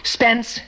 Spence